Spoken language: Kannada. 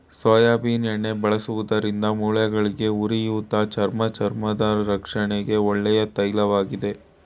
ಸೋಯಾಬೀನ್ ಎಣ್ಣೆ ಬಳಸುವುದರಿಂದ ಮೂಳೆಗಳಿಗೆ, ಉರಿಯೂತ, ಚರ್ಮ ಚರ್ಮದ ರಕ್ಷಣೆಗೆ ಒಳ್ಳೆಯ ತೈಲವಾಗಿದೆ